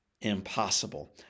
impossible